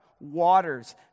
waters